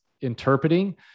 interpreting